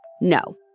No